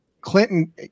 Clinton